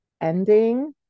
ending